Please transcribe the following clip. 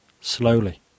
slowly